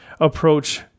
approach